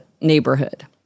neighborhood